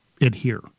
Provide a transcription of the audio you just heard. adhere